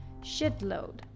Shitload